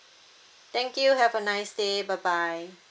thank you have a nice day bye bye